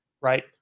right